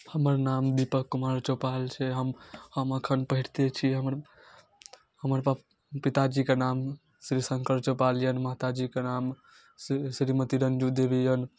हमर नाम दीपक कुमार चौपाल छै हम हम एखन पढ़िते छी हमर हमर प् पिताजीके नाम श्री शङ्कर चौपाल यए आओर माताजीके नाम श्री श्रीमती रञ्जू देवी यए